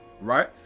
right